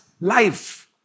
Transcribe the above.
life